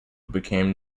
became